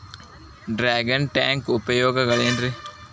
Dragon tank ಉಪಯೋಗಗಳೆನ್ರಿ?